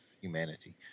humanity